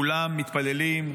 כולם מתפללים,